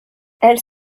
elle